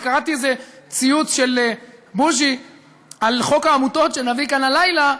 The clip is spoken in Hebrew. וקראתי איזה ציוץ של בוז'י על חוק העמותות שנביא כאן הלילה,